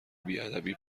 بیادبی